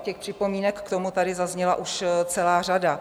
Těch připomínek k tomu tady zazněla už celá řada.